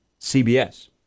CBS